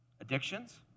Addictions